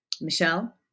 Michelle